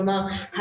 כלומר,